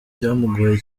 byamugoye